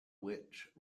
witch